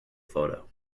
photo